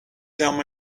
them